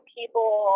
people